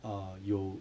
err 有